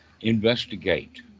investigate